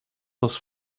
was